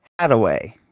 Hadaway